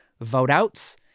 vote-outs